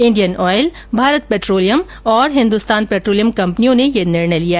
Indian oil Bharat petroleum और Hindustan petroleum कंपनियों ने यह निर्णय लिया